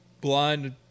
Blind